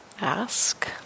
ask